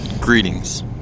Greetings